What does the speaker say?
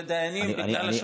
לדיינים בגלל השופטים.